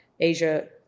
Asia